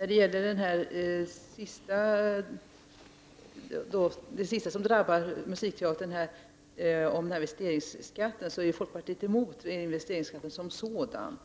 Investeringsskatten, som är det senaste som drabbat musikteatern, är folkpartiet emot som sådan.